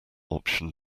option